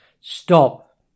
stop